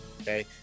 Okay